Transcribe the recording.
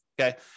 okay